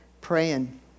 praying